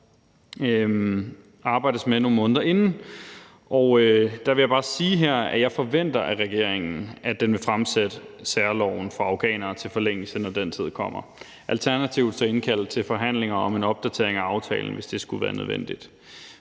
karakter nogle måneder inden. Og der vil jeg bare sige, at jeg forventer af regeringen, at den vil fremsætte særloven for afghanere til forlængelse, når den tid kommer. Alternativt kan man indkalde til forhandlinger om en opdatering af aftalen, hvis det skulle være nødvendigt.